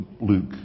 Luke